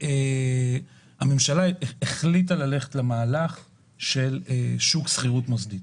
כשהממשלה החליטה ללכת למהלך של שוק שכירות מוסדי,